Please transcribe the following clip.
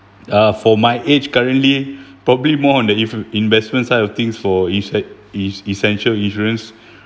uh for my age currently probably more on the in~ investment side of things for essential insurance